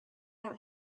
out